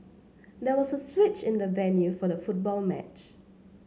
there was a switch in the venue for the football match